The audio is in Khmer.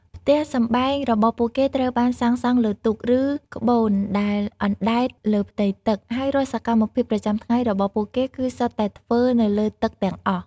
ផ្ទះសម្បែងរបស់ពួកគេត្រូវបានសាងសង់លើទូក ឬក្បូនដែលអណ្ដែតលើផ្ទៃទឹក ហើយរាល់សកម្មភាពប្រចាំថ្ងៃរបស់ពួកគេគឺសុទ្ធតែធ្វើនៅលើទឹកទាំងអស់។